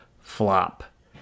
flop